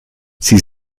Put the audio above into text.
sie